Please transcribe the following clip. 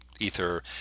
ether